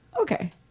okay